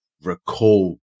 recall